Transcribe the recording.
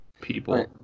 people